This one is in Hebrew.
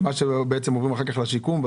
כשהם אחר כך עוברים לשיקום.